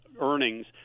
earnings